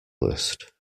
list